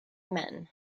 men